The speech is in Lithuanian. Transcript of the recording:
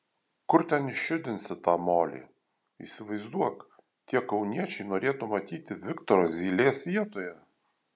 kur ten išjudinsi tą molį įsivaizduok tie kauniečiai norėtų matyti viktorą zylės vietoje